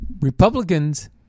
Republicans